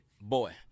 boy